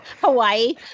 Hawaii